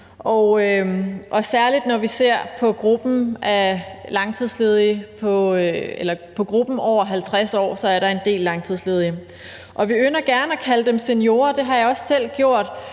og særlig når vi ser på gruppen over 50 år, kan vi se, at der er en del langtidsledige. Vi ynder gerne at kalde dem seniorer. Det har jeg også selv gjort,